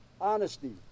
honesty